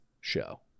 show